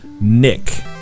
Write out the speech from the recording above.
Nick